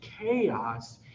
chaos